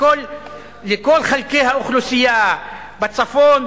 לכל חלקי האוכלוסייה: בצפון,